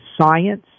science